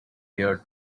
year